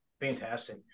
Fantastic